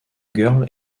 girl